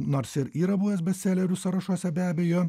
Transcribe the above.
nors ir yra buvęs bestselerių sąrašuose be abejo